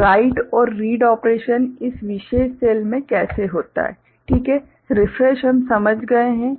right और read operation इस विशेष सेल में कैसे होता है ठीक है रिफ्रेश हम समझ गए हैं